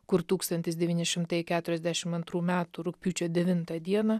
kur tūkstantis devyni šimtai keturiasdešim antrų metų rugpjūčio devintą dieną